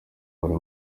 buri